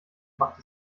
macht